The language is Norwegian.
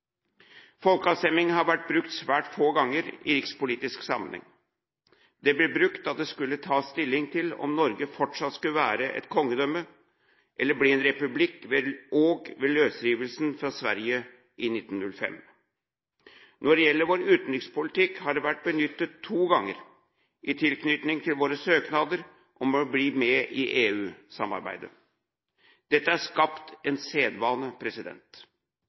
folkeavstemning. Folkeavstemning har vært brukt svært få ganger i rikspolitisk sammenheng. Det ble brukt da det skulle tas stilling til om Norge fortsatt skulle være et kongedømme eller bli en republikk, og ved løsrivelsen fra Sverige i 1905. Når det gjelder vår utenrikspolitikk, har det vært benyttet to ganger, i tilknytning til våre søknader om å bli med i EU-samarbeidet. Dette har skapt en sedvane.